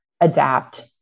adapt